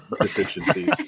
deficiencies